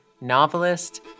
novelist